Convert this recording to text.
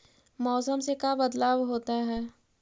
मौसम से का बदलाव होता है?